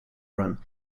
run